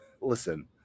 Listen